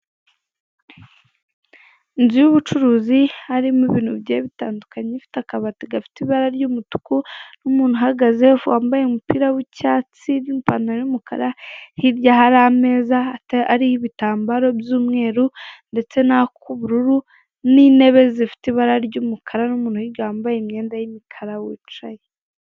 Inzu y'ubucuruzi harimo ibintu bigiye bitandukanye ifite akabati gafite ibara ry'umutuku, n'umuntu uhagaze wambaye umupira w'icyatsi n'ipantalo y'umukara hirya hari ameza ariho ibitambaro by'umweru ndetse nako ubururu n'intebe zifite ibara ry'umukara n'umuntu hirya wambaye imyenda y'umukara wicaye.